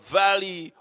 valley